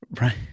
Right